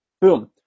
Boom